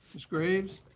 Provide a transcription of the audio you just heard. ms. graves.